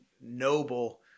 noble